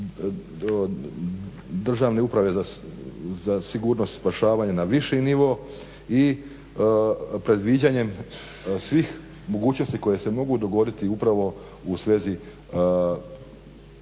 državne uprave za sigurnost i spašavanje na viši nivo, i predviđanjem svih mogućnosti koje se mogu dogoditi upravo u svezi